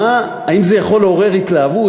האם זה יכול לעורר התלהבות?